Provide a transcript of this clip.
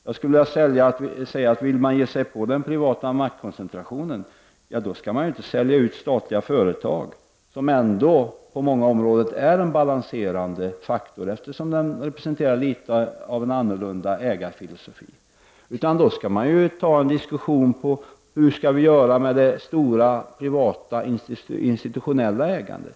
Jag skulle vilja säga att man, om man vill ge sig på den privata maktkoncentrationen, inte skall sälja ut statliga företag — som ändå på många områden utgör en balanserande faktor, eftersom de i viss utsträckning representerar en annorlunda ägarfilosofi. I stället skall man föra en diskussion och fråga sig hur vi skall göra med det stora privata institutionella ägandet.